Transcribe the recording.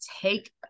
take